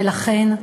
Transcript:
ולכן,